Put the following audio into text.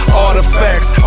artifacts